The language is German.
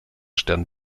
stern